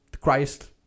christ